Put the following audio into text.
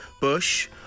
Bush